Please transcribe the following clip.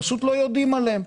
פשוט לא יודעים עליהם.